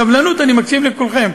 סבלנות, אני מקשיב לכולכם.